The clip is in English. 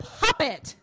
puppet